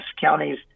counties